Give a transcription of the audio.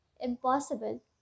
impossible